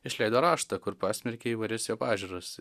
išleido raštą kur pasmerkė įvairias jo pažiūras